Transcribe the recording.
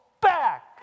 back